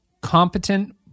competent